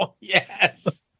yes